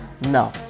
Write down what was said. No